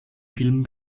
film